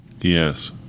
Yes